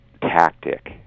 tactic